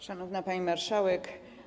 Szanowna Pani Marszałek!